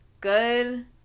good